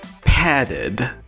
padded